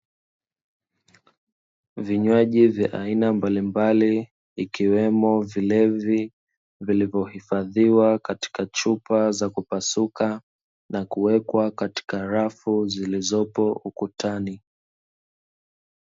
Vinywaji vya aina mbalimbali, ikiwemo vilevilivyo hifadhiwa katika chupa za kupasuka na kuwekwa katika rafu zilizopo ukutani.